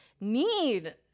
need